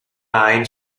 line